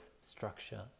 structure